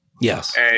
Yes